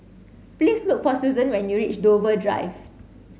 please look for Susan when you reach Dover Drive